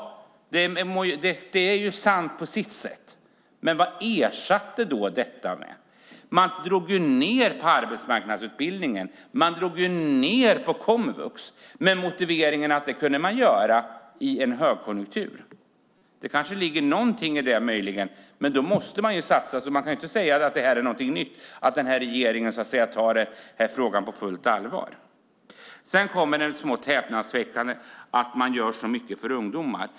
Det är sant på sitt sätt. Men vad ersattes detta med? Man drog ned på arbetsmarknadsutbildningen. Man drog ned på komvux med motiveringen att det kunde man göra i en högkonjunktur. Det kanske ligger något i det, men då måste man satsa. Man kan inte säga att det här är något nytt, att den här regeringen tar frågan på fullt allvar. Sedan kommer det smått häpnadsväckande att man gör så mycket för ungdomar.